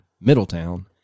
Middletown